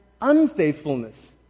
unfaithfulness